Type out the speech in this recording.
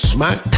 Smack